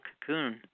cocoon